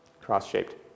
cross-shaped